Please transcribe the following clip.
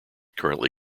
currently